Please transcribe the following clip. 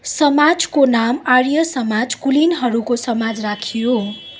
समाजको नाम आर्य समाज कुलीनहरूको समाज राखियो